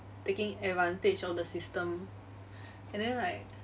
taking advantage of the system and then like